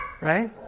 Right